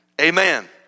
Amen